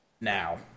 now